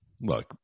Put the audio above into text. Look